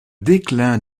déclin